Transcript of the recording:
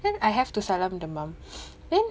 then I have to salam the mum then